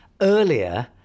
earlier